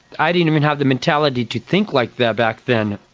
i didn't even have the mentality to think like that back then.